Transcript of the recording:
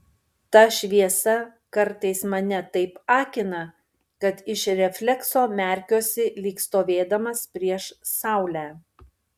ta šviesa kartais mane taip akina kad iš reflekso merkiuosi lyg stovėdamas prieš saulę